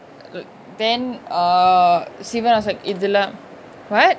then err sivan was like இதுல:ithula [what]